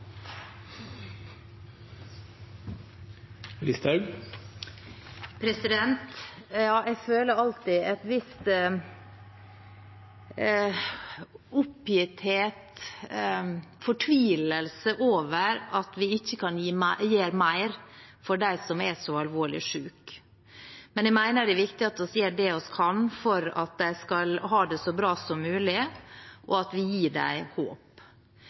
Jeg føler alltid en viss oppgitthet og fortvilelse over at vi ikke kan gjøre mer for dem som er så alvorlig syke, men jeg mener det er viktig at vi gjør det vi kan for at de skal ha det så bra som mulig, og at vi gir dem håp.